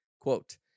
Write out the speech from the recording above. Quote